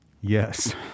Yes